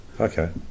Okay